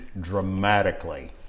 dramatically